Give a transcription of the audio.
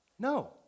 No